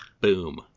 Boom